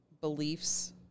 beliefs